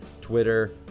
Twitter